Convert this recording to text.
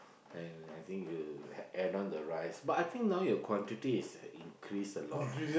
and I think you add on the rice but I think now your quantity is increase a lot